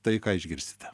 tai ką išgirsite